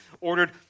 ordered